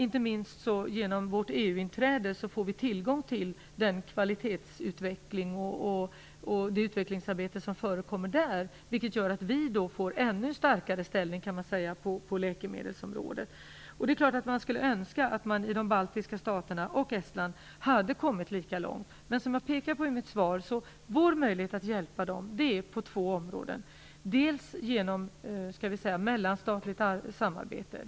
Inte minst genom vårt EU-inträde får vi tillgång till den kvalitetsutveckling och det utvecklingsarbete som förekommer inom EU, vilket gör att Sverige får en ännu starkare ställning på läkemdelsområdet. Det är klart att man skulle önska att de baltiska staterna, och då även Estland, hade kommit lika långt. Våra möjligheter att hjälpa dem finns, som jag pekade på i mitt svar, på två områden. Läkemedelsverket och Apoteksbolaget kan bedriva mellanstatligt samarbete.